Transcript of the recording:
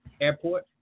Airport